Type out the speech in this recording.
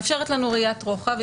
מאפשרת לנו ראיית רוחב.